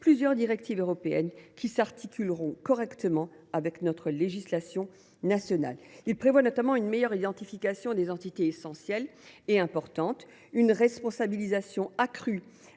plusieurs directives européennes qui s’articuleront correctement avec notre législation nationale. Il prévoit notamment une meilleure identification des entités essentielles et importantes, une responsabilisation accrue